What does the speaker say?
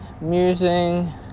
musing